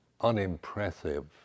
unimpressive